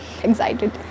excited